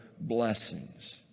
blessings